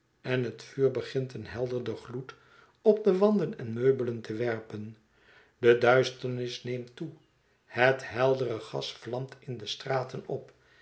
en het vuur begint een helderder gloed op de wanden en meubelen te werpen de duisternis neemt toe het heldere gas vlamt in de straten op